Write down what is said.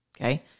Okay